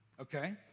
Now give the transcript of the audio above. Okay